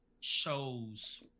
shows